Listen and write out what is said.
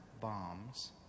bombs